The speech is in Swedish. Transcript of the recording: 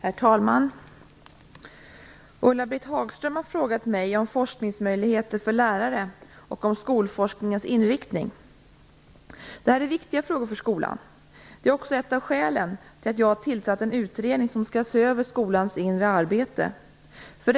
Herr talman! Ulla-Britt Hagström har frågat mig om forskningsmöjligheter för lärare och om skolforskningens inriktning. Detta är viktiga frågor för skolan. Det är också ett av skälen till att jag har tillsatt en utredning som skall se över skolans inre arbete.